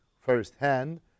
firsthand